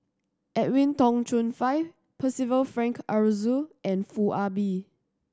Edwin Tong Chun Fai Percival Frank Aroozoo and Foo Ah Bee